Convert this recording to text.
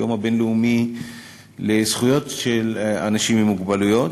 היום הבין-לאומי לזכויות של אנשים עם מוגבלויות,